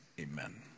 amen